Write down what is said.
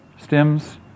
stems